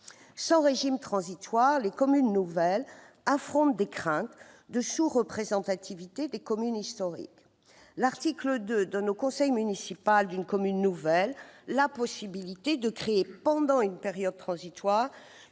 Sans régime transitoire, les communes nouvelles affrontent des craintes de sous-représentativité des communes historiques. L'article 2 donne au conseil municipal d'une commune nouvelle la possibilité de créer, pendant une période transitoire,